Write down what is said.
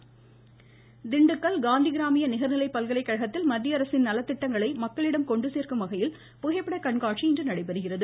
ச்ச்ச்ச்ச புகைப்பட கண்காட்சி திண்டுக்கல் காந்தி கிராமிய நிகர்நிலை பல்கலைக்கழகத்தில் மத்திய அரசின் நலத்திட்டங்களை மக்களிடம் கொண்டுசேர்க்கும்வகையில் புகைப்பட கண்காட்சி இன்று நடைபெறுகிறது